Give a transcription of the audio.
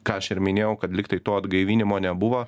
ką aš ir minėjau kad lyg tai to atgaivinimo nebuvo